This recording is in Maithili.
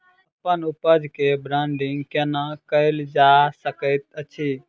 अप्पन उपज केँ ब्रांडिंग केना कैल जा सकैत अछि?